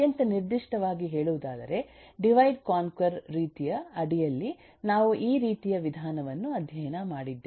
ಅತ್ಯಂತ ನಿರ್ದಿಷ್ಟವಾಗಿ ಹೇಳುವುದಾದರೆ ಡಿವೈಡ್ ಕಾಂಕ್ವರ್ ರೀತಿಯ ಅಡಿಯಲ್ಲಿ ನಾವು ಈ ರೀತಿಯ ವಿಧಾನವನ್ನು ಅಧ್ಯಯನ ಮಾಡಿದ್ದೇವೆ